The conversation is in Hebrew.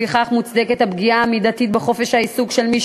לפיכך מוצדקת הפגיעה המידתית בחופש העיסוק של מי